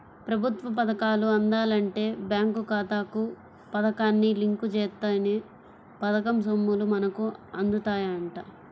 ప్రభుత్వ పథకాలు అందాలంటే బేంకు ఖాతాకు పథకాన్ని లింకు జేత్తేనే పథకం సొమ్ములు మనకు అందుతాయంట